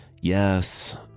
yes